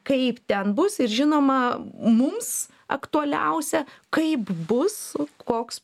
kaip ten bus ir žinoma mums aktualiausia kaip bus koks